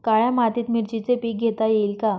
काळ्या मातीत मिरचीचे पीक घेता येईल का?